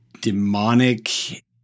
demonic